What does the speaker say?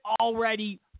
already